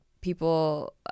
people